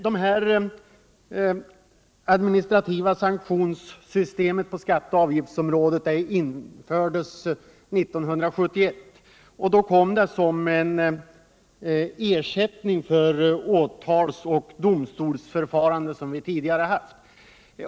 Det administrativa sanktionssystemet på skatte och avgiftsområdet infördes 1971. Det ersatte det åtals och domstolsförfarande som vi tidigare hade haft.